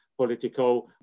political